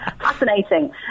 Fascinating